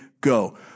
Go